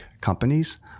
companies